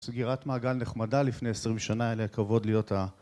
סגירת מעגל נחמדה לפני עשרים שנה, אלה הכבוד להיות ה...